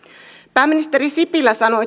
pääministeri sipilä sanoi